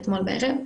אתמול בערב,